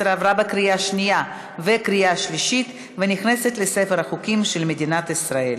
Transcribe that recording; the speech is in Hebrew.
התקבלה בקריאה שנייה ובקריאה שלישית ונכנסת לספר החוקים של מדינת ישראל.